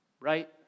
right